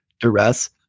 duress